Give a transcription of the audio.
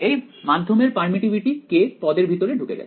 এই মাধ্যমের permittivity k পদের ভিতরে ঢুকে যায়